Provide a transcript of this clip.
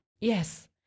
Yes